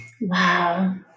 Wow